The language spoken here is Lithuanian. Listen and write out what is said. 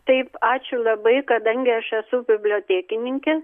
taip ačiū labai kadangi aš esu bibliotekininkė